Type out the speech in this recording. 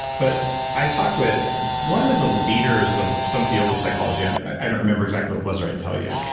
but i talked with one of the leaders of some field of psychology. and i don't remember exactly what it was, or i'd tell you,